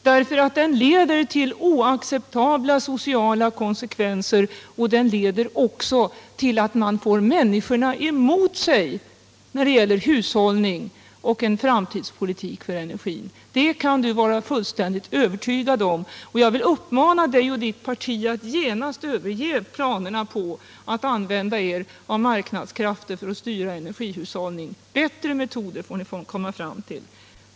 Den leder nämligen till oac ceptabla sociala konsekvenser och till att man får människorna emot sig när det gäller hushållning och framtidspolitik på energiområdet — det kan du vara fullständigt övertygad om. Jag vill uppmana dig och ditt parti att genast överge planerna på att använda er av marknadskrafter för att styra energihushållningen. Bättre metoder måste vi komma fram till.